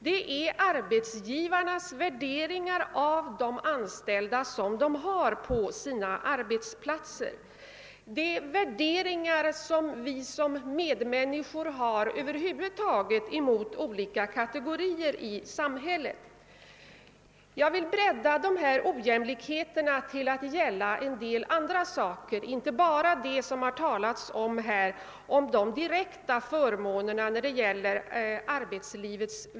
Det gäller arbetsgivarnas värderingar av de anställda på arbetsplatserna och våra egna värderingar av olika kategorier av medmänniskor i samhället. Jag vill bredda frågan om ojämlikheterna till att gälla även en del annat än det som har tagits upp under denna debatt, d.v.s. utöver de direkta förmånerna inom arbetslivet.